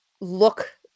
look